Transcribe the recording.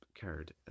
card